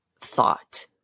thought